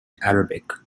arabic